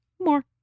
more